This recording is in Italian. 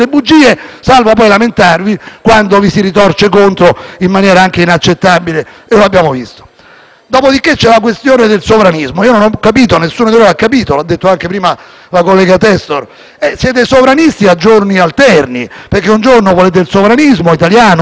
Dopodiché, c'è la questione del sovranismo. Io non ho capito e nessuno di noi l'ha capito; l'ha detto anche prima la collega Testor: siete sovranisti a giorni alterni, perché un giorno volete il sovranismo italiano ed europeo, e un altro giorno la subalternità. Noi abbiamo chiesto che si discutesse anche della questione cinese,